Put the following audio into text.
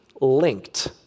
linked